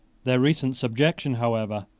their recent subjection, however,